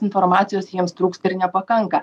informacijos jiems trūksta ir nepakanka